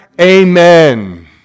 Amen